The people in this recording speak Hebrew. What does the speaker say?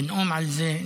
לנאום על זה,